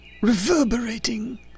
reverberating